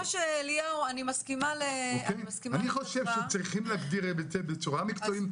אני חושב שצריכים להגדיר את זה בצורה מקצועית,